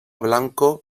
blanco